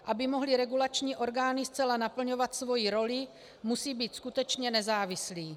Aby mohly regulační orgány zcela naplňovat svoji roli, musí být skutečně nezávislé.